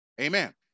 Amen